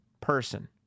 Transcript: person